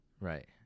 Right